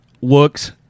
looks